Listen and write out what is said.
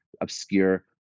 obscure